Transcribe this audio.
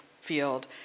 field